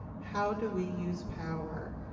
how do we use power?